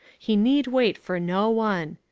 he need wait for no one.